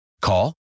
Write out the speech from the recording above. Call